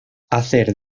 hacer